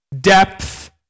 depth